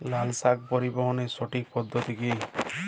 লালশাক পরিবহনের সঠিক পদ্ধতি কি?